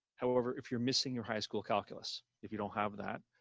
however, if you're missing your high school calculus, if you don't have that,